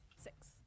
Six